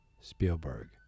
Spielberg